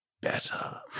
better